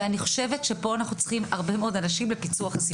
ואני חושבת שפה אנחנו צריכים הרבה מאוד אנשים לפיצוח הסיפור.